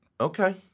Okay